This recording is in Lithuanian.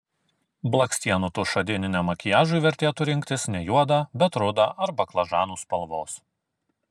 blakstienų tušą dieniniam makiažui vertėtų rinktis ne juodą bet rudą ar baklažanų spalvos